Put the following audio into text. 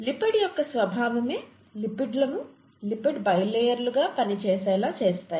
lipid యొక్క స్వభావమే లిపిడ్లను లిపిడ్ బైలేయర్లుగా పని చేసేలా చేస్తాయి